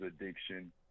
addiction